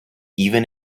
even